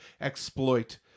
exploit